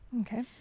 Okay